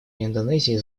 индонезии